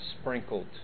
sprinkled